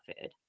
food